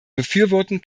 befürworten